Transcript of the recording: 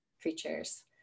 creatures